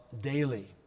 daily